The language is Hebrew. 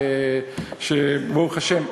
ברוך השם.